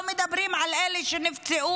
לא מדברים על אלה שנפצעו.